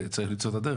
צריך למצוא את הדרך,